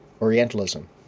Orientalism